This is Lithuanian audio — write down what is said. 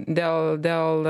dėl dėl